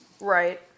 Right